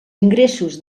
ingressos